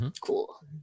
Cool